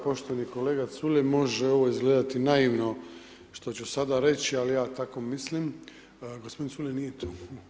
Poštovani kolega Culej, može ovo izgledati naivno, što ću sada reći, ali ja tako mislim, g. Culej nije tu.